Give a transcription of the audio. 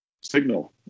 Signal